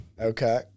okay